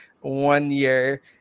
one-year